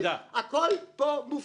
הכול פה מופרך.